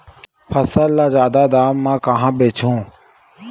फसल ल जादा दाम म कहां बेचहु?